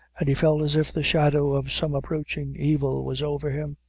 and he felt as if the shadow of some approaching evil was over him.